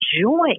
joy